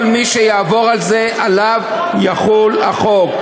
כל מי שיעבור על זה, עליו יחול החוק.